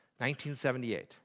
1978